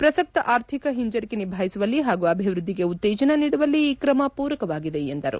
ಪ್ರಸಕ್ತ ಆರ್ಥಿಕ ಹಿಂಜರಿಕೆ ನಿಭಾಯಿಸುವಲ್ಲಿ ಹಾಗೂ ಅಭಿವೃದ್ದಿಗೆ ಉತ್ತೇಜನ ನೀಡುವಲ್ಲಿ ಈ ಕ್ರಮ ಪೂರಕವಾಗಿದೆ ಎಂದಿದೆ